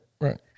Right